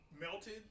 melted